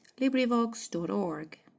LibriVox.org